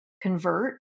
convert